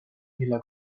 mille